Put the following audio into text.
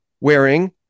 wearing